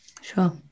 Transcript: Sure